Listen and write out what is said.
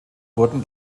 wurden